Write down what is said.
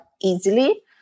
easily